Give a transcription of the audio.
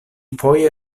foje